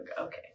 okay